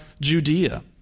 Judea